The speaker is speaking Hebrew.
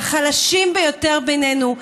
לחלשים ביותר בינינו?